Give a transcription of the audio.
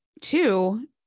two